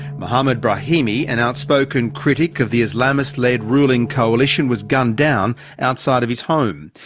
mohamed brahmi, an outspoken critic of the islamist-led ruling coalition, was gunned down outside of his home.